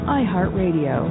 iHeartRadio